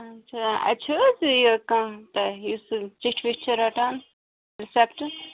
اچھا اتہِ چھِو حظ یہِ کانٛہہ تۄہہِ یُس چِٹھِ وِٹھِ چھِ رَٹان رِسیپٹہٕ